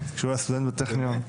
שהיה סטודנט בטכניון.